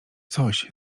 coś